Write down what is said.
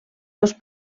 dos